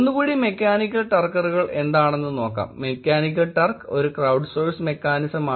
ഒന്നുകൂടി മെക്കാനിക്കൽ ടർക്കറുകൾ എന്താണെന്ന് നോക്കാം മെക്കാനിക്കൽ ടർക്ക് ഒരു ക്രൌഡ്സോഴ്സ്ഡ് മെക്കാനിസമാണ്